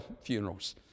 funerals